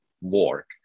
work